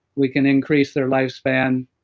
we can increase their lifespan.